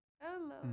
Hello